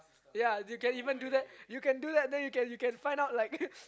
ya you can even do that you can do that then you can find out like